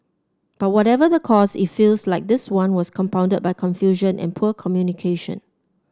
but whatever the cause it feels like this one was compounded by confusion and poor communication